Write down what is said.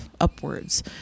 upwards